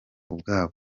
ubwabo